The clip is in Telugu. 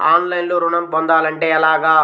ఆన్లైన్లో ఋణం పొందాలంటే ఎలాగా?